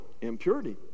impurity